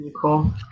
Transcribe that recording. cool